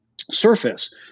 surface